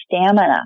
stamina